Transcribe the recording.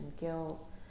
guilt